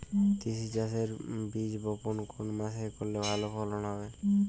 তিসি চাষের বীজ বপন কোন মাসে করলে ভালো ফলন হবে?